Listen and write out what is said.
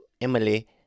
Emily